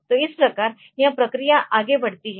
तो इस प्रकार यह प्रक्रिया आगे बढ़ती है